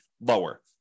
lower